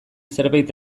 zerbait